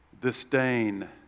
disdain